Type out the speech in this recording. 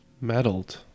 Meddled